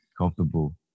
comfortable